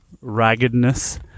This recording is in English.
raggedness